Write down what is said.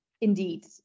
Indeed